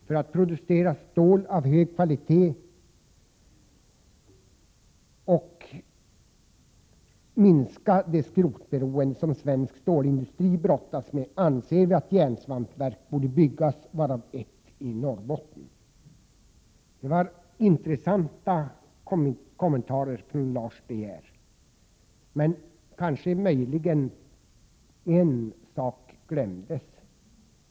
För att producera stål av hög kvalitet och minska det skrotberoende som svensk stålindustri brottas med anser vi att järnsvampsverk borde byggas, varav ett i Norrbotten. Det var intressanta kommentarer från Lars De Geer, men möjligen var det en sak som glömdes.